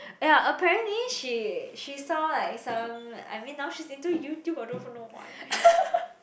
ya apparently she she saw like some I mean now she's into YouTube I don't even know why